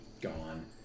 gone